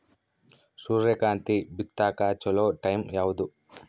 ಸೂರ್ಯಕಾಂತಿ ಬಿತ್ತಕ ಚೋಲೊ ಟೈಂ ಯಾವುದು?